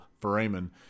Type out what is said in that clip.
foramen